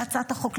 בהצעת החוק,